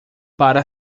para